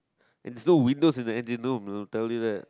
there's no windows in the engine room I will tell you that